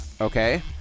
Okay